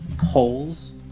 holes